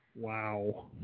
Wow